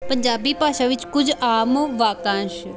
ਪੰਜਾਬੀ ਭਾਸ਼ਾ ਵਿੱਚ ਕੁਝ ਆਮ ਵਾਕਾਂਸ਼